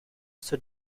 zur